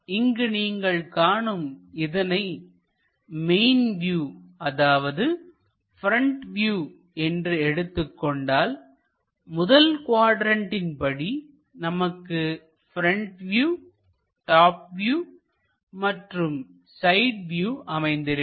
இங்கு நீங்கள் காணும் இதனை மெயின் வியூ அதாவது ப்ரெண்ட் வியூ என்று எடுத்துக் கொண்டால்முதல் குவாட்ரண்ட்படி நமக்கு ப்ரெண்ட் வியூ டாப் வியூ மற்றும் சைட் வியூ அமைந்திருக்கும்